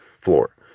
floor